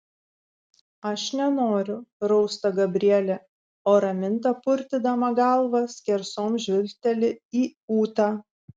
aš nenoriu rausta gabrielė o raminta purtydama galvą skersom žvilgteli į ūtą